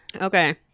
okay